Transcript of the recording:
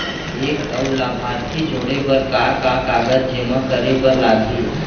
एक अऊ लाभार्थी जोड़े बर का का कागज जेमा करे बर लागही?